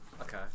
Okay